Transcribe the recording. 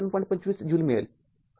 २५ joule मिळेल